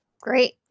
Great